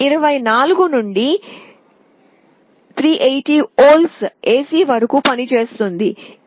ఇది మిడిల్ ఒకటి అని మీరు చూస్తారు ఇది 24 నుండి 380 వోల్ట్ల ఎసి వరకు పనిచేస్తుందని చెప్పారు